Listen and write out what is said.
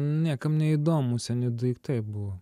niekam neįdomu seni daiktai buvo